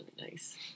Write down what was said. nice